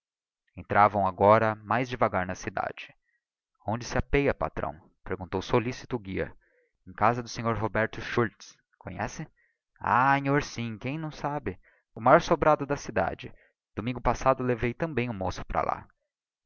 entravam agora mais devagar na cidade onde se apeia patrão perguntou solicito o guia em casa do sr roberto schultz conhece ah nhor sim quem não sabe o maior sobrado da cidade domingo passado levei também um moço para lá